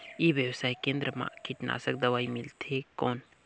ई व्यवसाय केंद्र मा कीटनाशक दवाई मिलथे कौन?